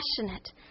passionate